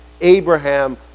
Abraham